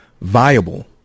viable